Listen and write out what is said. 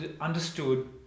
understood